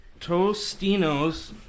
Tostinos